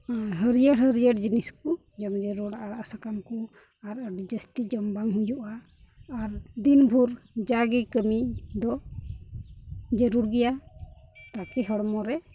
ᱦᱟᱹᱨᱭᱟᱹᱲ ᱦᱟᱹᱨᱭᱟᱹᱲ ᱡᱤᱱᱤᱥ ᱡᱚᱢ ᱡᱟᱹᱨᱩᱲᱟ ᱟᱲᱟᱜ ᱥᱟᱠᱟᱢ ᱠᱚ ᱟᱨ ᱟᱹᱰᱤ ᱡᱟᱹᱥᱛᱤ ᱡᱚᱢ ᱵᱟᱝ ᱦᱩᱭᱩᱜᱼᱟ ᱟᱨ ᱫᱤᱱ ᱵᱷᱳᱨ ᱡᱟᱜᱮ ᱠᱟᱹᱢᱤ ᱫᱚ ᱡᱟᱹᱨᱩᱲ ᱜᱮᱭᱟ ᱛᱟᱠᱤ ᱦᱚᱲᱢᱚ ᱨᱮ